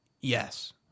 yes